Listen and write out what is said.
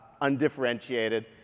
undifferentiated